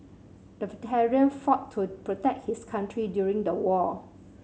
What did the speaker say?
the veteran fought to protect his country during the war